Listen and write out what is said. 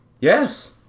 Yes